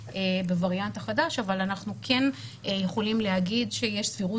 בווריאנט החודש אבל אנחנו כן יכולים לומר שיש סבירות